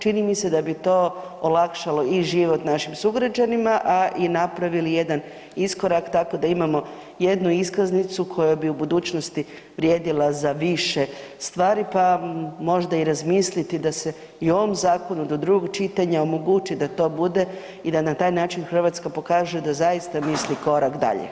Čini bi se da bi to olakšalo i život našim sugrađanima, a i napravili bi jedan iskorak tako da imamo jednu iskaznicu koja bi u budućnosti vrijedila za više stvari pa možda i razmisliti da se i u ovom zakonu do drugog čitanja omogući da to bude i da na taj način Hrvatska pokaže da zaista misli korak dalje.